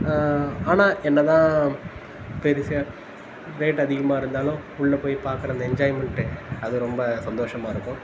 ஆனால் என்ன தான் பெருசாக ரேட்டு அதிகமாக இருந்தாலும் உள்ள போய் பார்க்குற அந்த என்ஜாய்மெண்டு அது ரொம்ப சந்தோஷமாக இருக்கும்